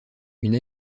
une